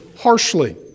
harshly